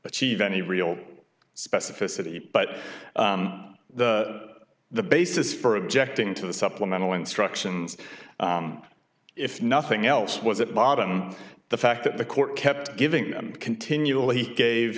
achieve any real specificity but the the basis for objecting to the supplemental instructions if nothing else was at bottom the fact that the court kept giving them continually gave